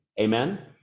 amen